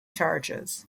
charges